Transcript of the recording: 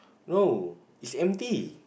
no it's empty